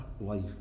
life